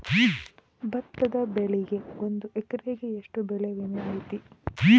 ಭತ್ತದ ಬೆಳಿಗೆ ಒಂದು ಎಕರೆಗೆ ಎಷ್ಟ ಬೆಳೆ ವಿಮೆ ಐತಿ?